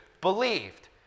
believed